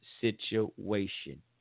situation